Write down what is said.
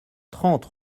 trente